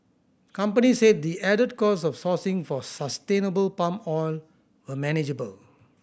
companies said the added cost of sourcing for sustainable palm oil were manageable